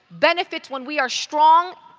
benefits when we are strong,